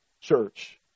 church